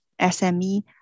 SME